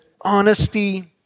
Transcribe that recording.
honesty